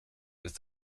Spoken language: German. ist